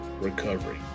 recovery